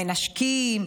מנשקים,